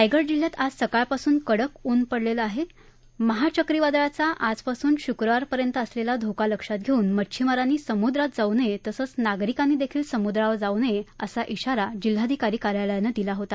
रायगड जिल्ह्यात आज सकाळपासून कडक उन पडलेलं आहे महा चक्रीवादळाचा आजपासून शुक्रवारपर्यंत असलेला धोका लक्षात घेऊन मच्छीमारांनी समुद्रात जाऊ नये तसंच नागरिकांनी देखील समुद्रावर जाऊ नये असा आरा जिल्हाधिकारी कार्यालयानं दिला होता